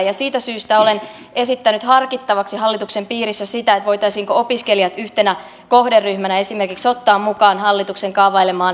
ja siitä syystä olen esittänyt harkittavaksi hallituksen piirissä sitä voitaisiinko opiskelijat yhtenä kohderyhmänä esimerkiksi ottaa mukaan hallituksen kaavailemaan perustulokokeiluun